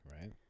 right